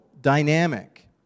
dynamic